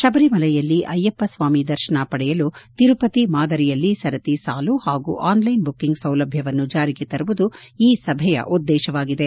ಶಬರಿಮಲೆಯಲ್ಲಿ ಅಯ್ಯಪ್ಪ ಸ್ವಾಮಿ ದರ್ಶನ ಪಡೆಯಲು ತಿರುಪತಿ ಮಾದರಿಯಲ್ಲಿ ಸರದಿ ಸಾಲು ಹಾಗೂ ಆನ್ಲೈನ್ ಬುಕ್ಕಿಂಗ್ ಸೌಲಭ್ಡವನ್ನು ಜಾರಿಗೆ ತರುವುದು ಈ ಸಭೆಯ ಉದ್ದೇಶವಾಗಿದೆ